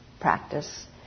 practice